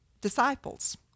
disciples